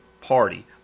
party